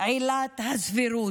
עילת הסבירות.